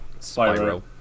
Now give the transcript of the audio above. Spyro